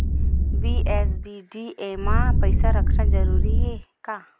BSBDA मा पईसा रखना जरूरी हे का?